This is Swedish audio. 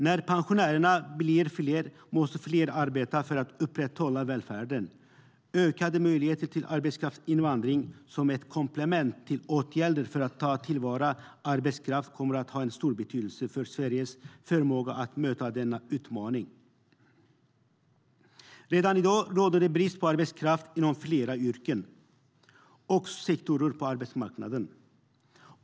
När pensionärerna blir fler måste fler arbeta för att upprätthålla välfärden. Ökade möjligheter till arbetskraftsinvandring, som ett komplement till åtgärder för att ta till vara arbetskraft, kommer att ha stor betydelse för Sveriges förmåga att möta denna utmaning. Redan i dag råder brist på arbetskraft inom flera yrkesområden och sektorer på arbetsmarknaden.